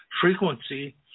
frequency